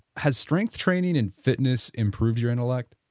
has strength training and fitness improved your intellect,